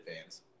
fans